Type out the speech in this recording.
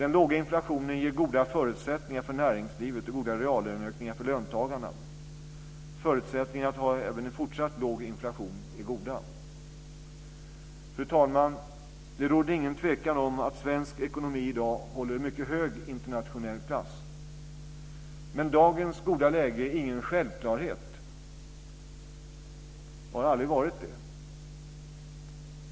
Den låga inflationen ger goda förutsättningar för näringslivet och goda reallöneökningar för löntagarna. Förutsättningarna för att även i fortsättningen ha en låg inflation är goda. Fru talman! Det råder ingen tvekan om att svensk ekonomi i dag håller mycket hög internationell klass. Men dagens goda läge är ingen självklarhet och har aldrig varit det.